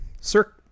sir